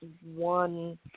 one